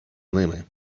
ними